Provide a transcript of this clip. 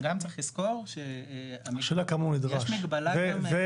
גם צריך לזכור שיש מגבלה --- השאלה כמה הוא נדרש,